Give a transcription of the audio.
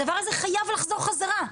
הדבר הזה חייב לחזור חזרה.